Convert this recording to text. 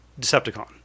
Decepticon